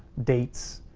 dates,